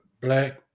black